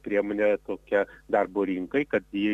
priemonė tokia darbo rinkai kad ji